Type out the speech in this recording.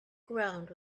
ground